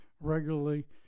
regularly